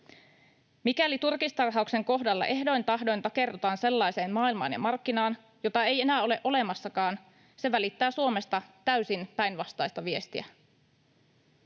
Mikäli turkistarhauksen kohdalla ehdoin tahdoin takerrutaan sellaiseen maailmaan ja markkinaan, jota ei enää ole olemassakaan, se välittää Suomesta täysin päinvastaista viestiä.